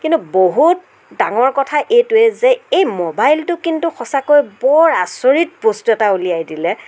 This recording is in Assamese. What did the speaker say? কিন্তু বহুত ডাঙৰ কথা এইটোৱেই যে এই মোবাইলটো কিন্তু সঁচাকৈ বৰ আচৰিত বস্তু এটা উলিয়াই দিলে